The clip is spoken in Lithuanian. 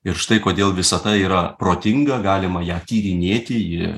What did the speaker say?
ir štai kodėl visata yra protinga galima ją tyrinėti ji